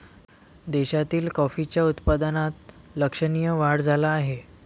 देशातील कॉफीच्या उत्पादनात लक्षणीय वाढ झाला आहे